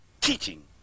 teaching